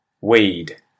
weed